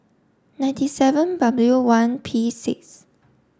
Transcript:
ninety seven W one P six